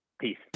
Peace